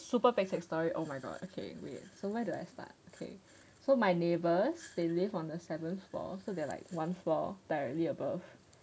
super pek cek story oh my god okay okay so where do I start okay so my neighbours they live on the seventh floor so they are like one floor directly above